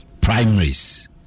primaries